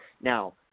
Now